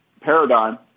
paradigm